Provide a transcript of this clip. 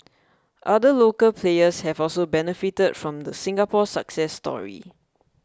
other local players have also benefited from the Singapore success story